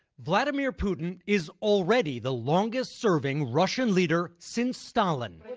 vladimir putin is already the longest serving russian leader since stalin.